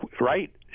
Right